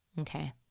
Okay